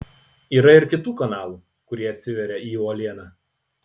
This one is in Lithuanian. yra ir kitų kanalų kurie atsiveria į uolieną